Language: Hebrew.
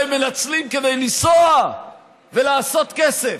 שאותה הם מנצלים כדי לנסוע ולעשות כסף.